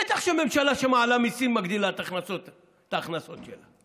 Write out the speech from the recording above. בטח שממשלה שמעלה מיסים מגדילה את ההכנסות שלה.